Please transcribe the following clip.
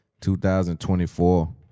2024